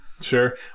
Sure